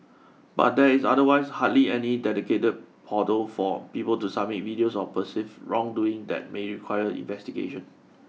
but there is otherwise hardly any dedicated portal for people to submit videos of perceived wrongdoing that may require investigation